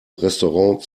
restaurant